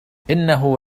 إنه